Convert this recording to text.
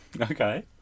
Okay